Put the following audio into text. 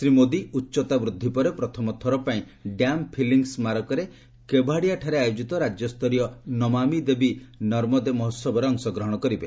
ଶ୍ରୀ ମୋଦି ଉଚ୍ଚତା ବୃଦ୍ଧି ପରେ ପ୍ରଥମ ଥର ପାଇଁ ଡ୍ୟାମ ଫିଲିଙ୍ଗ ସ୍କାରକରେ କେଭାଡିଆ ଠାରେ ଆୟୋଜିତ ରାଜ୍ୟସ୍ତରୀୟ ନମାମୀ ଦେବୀ' ନର୍ମଦେ ମହୋହବରେ ଅଂଶଗ୍ରହଣ କରିବେ